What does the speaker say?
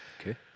Okay